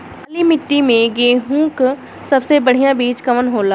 काली मिट्टी में गेहूँक सबसे बढ़िया बीज कवन होला?